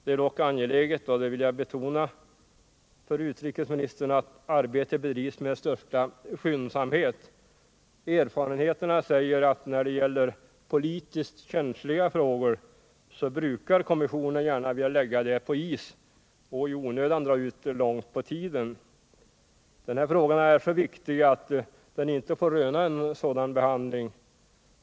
Det är dock angeläget — det vill jag betona för utrikesministern — att arbetet bedrivs med största skyndsamhet. Erfarenheterna säger att när det gäller politiskt känsliga frågor brukar kommissionen gärna vilja lägga dem på is och i onödan dra ut långt på tiden. Den här frågan är så viktig att den inte får röna en sådan behandling.